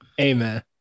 Amen